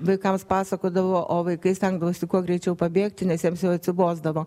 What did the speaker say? vaikams pasakodavo o vaikai stengdavosi kuo greičiau pabėgti nes jiems jau atsibosdavo